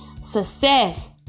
success